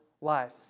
life